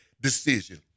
decision